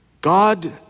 God